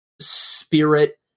spirit